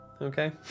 Okay